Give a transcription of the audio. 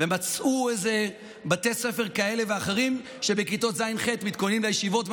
ומצאו בתי ספר כאלה ואחרים שבכיתות ז'-ח' מתכוננים לישיבות,